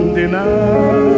deny